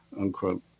unquote